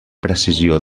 precisió